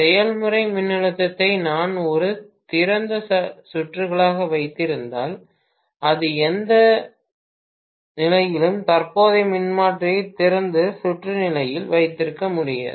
செயல்முறை மின்னழுத்தத்தை நான் ஒரு திறந்த சுற்றுகளாக வைத்திருந்தால் அது எந்த நிலையிலும் தற்போதைய மின்மாற்றியை திறந்த சுற்று நிலையில் வைத்திருக்க முடியாது